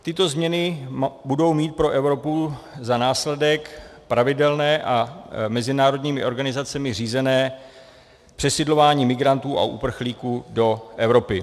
Tyto změny budou mít pro Evropu za následek pravidelné a mezinárodními organizacemi řízené přesidlování migrantů a uprchlíků do Evropy.